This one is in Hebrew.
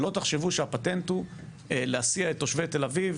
שלא תחשבו שהפטנט הוא להסיע את תושבי תל אביב